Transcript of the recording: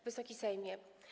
Wysoki Sejmie!